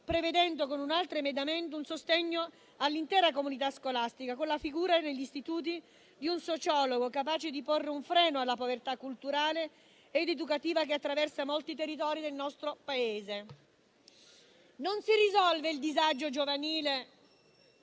prevedendo con un altro emendamento un sostegno all'intera comunità scolastica, con la figura di un sociologo negli istituti, capace di porre un freno alla povertà culturale ed educativa che attraversa molti territori del nostro Paese. Non si risolve il disagio giovanile